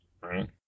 right